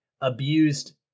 abused